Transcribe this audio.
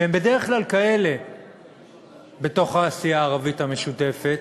שהם בדרך כלל כאלה בתוך הסיעה הערבית המשותפת,